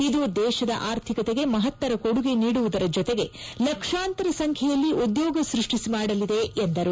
ಇದು ದೇಶದ ಆರ್ಥಿಕತೆಗೆ ಮಹತ್ತರ ಕೊಡುಗೆ ನೀಡುವುದರ ಜೊತೆಗೇ ಲಕ್ಷಾಂತರ ಸಂಖ್ಣೆಯಲ್ಲಿ ಉದ್ಯೋಗ ಸೃಷ್ಟಿಮಾಡಲಿದೆ ಎಂದರು